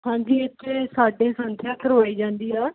ਹਾਂਜੀ ਇੱਥੇ ਸਾਡੇ ਸੰਥਿਆ ਕਰਵਾਈ ਜਾਂਦੀ ਆ